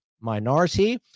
minority